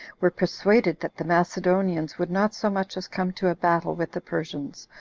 were persuaded that the macedonians would not so much as come to a battle with the persians,